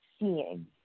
seeing